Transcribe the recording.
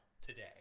today